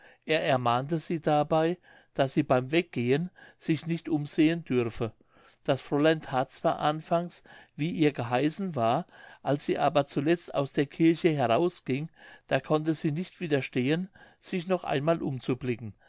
er ermahnte sie dabei daß sie beim weggehen sich nicht umsehen dürfe das fräulein that zwar anfangs wie ihr geheißen war als sie aber zuletzt aus der kirche herausging da konnte sie nicht widerstehen sich noch einmal umzublicken